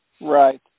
Right